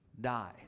die